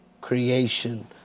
creation